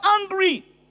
angry